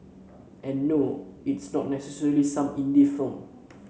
and no it's not necessarily some Indie film